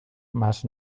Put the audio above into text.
mas